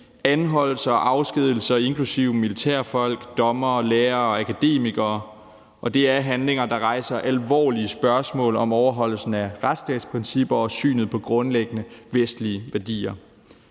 anholdelser og afskedigelser af folk, inklusive militærfolk, dommere, lærere og akademikere, og det er handlinger, der rejser alvorlige spørgsmål om overholdelsen af retsstatsprincipper og synet på grundlæggende vestlige værdier.